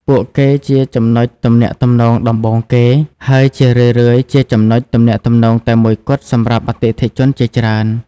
ពួកគេជាចំណុចទំនាក់ទំនងដំបូងគេ ហើយជារឿយៗជាចំណុចទំនាក់ទំនងតែមួយគត់សម្រាប់អតិថិជនជាច្រើន។